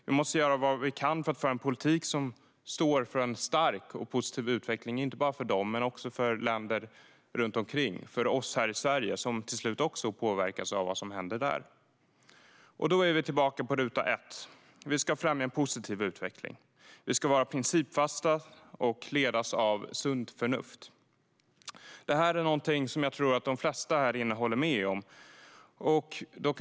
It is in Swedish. Vi måste göra vad vi kan för att föra en politik som står för en stark och positiv utveckling inte bara för dem utan också för länder runt omkring, för oss i Sverige som till slut också påverkas av vad som händer där. Då är vi tillbaka på ruta ett. Vi ska främja en positiv utveckling. Vi ska vara principfasta och ledas av sunt förnuft. Detta är något som jag tror att de flesta här håller med om.